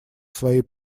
свои